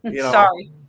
Sorry